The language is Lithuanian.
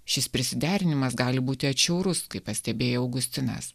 šis prisiderinimas gali būti atšiaurus kaip pastebėjo augustinas